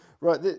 Right